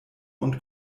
und